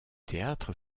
théâtre